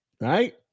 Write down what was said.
Right